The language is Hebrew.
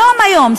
היום היום,